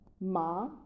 Ma